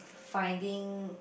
finding